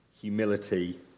humility